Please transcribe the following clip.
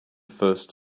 first